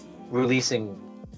releasing